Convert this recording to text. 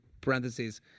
parentheses